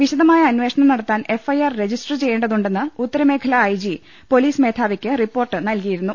വിശദമായ അന്വേഷണം നടത്താൻ എഫ് ഐ ആർ രജിസ്റ്റർ ചെയ്യേണ്ടതുണ്ടെന്ന് ഉത്തരമേഖലാ ഐ ജി പൊലീസ് മേധാവിയ്ക്ക് റിപ്പോർട്ട് നൽകിയിരുന്നു